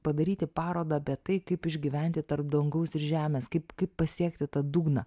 padaryti parodą apie tai kaip išgyventi tarp dangaus ir žemės kaip kaip pasiekti tą dugną